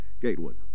Gatewood